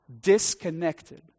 disconnected